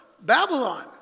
Babylon